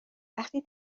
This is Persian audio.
وقتی